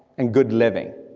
and good living.